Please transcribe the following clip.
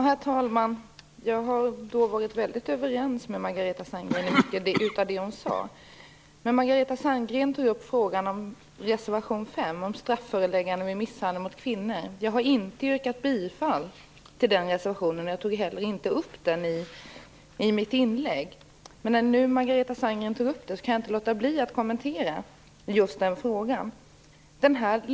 Herr talman! Jag har varit överens med det Margareta Sandgren har sagt. Men Margareta Sandgren tar upp frågan om reservation 5, Strafföreläggande vid misshandel mot kvinnor. Jag har inte yrkat bifall till den reservationen, och jag tog inte heller upp den i mitt inlägg. Men när nu Margareta Sandgren tog upp frågan om den reservationen kan jag inte låta bli att kommentera.